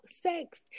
sex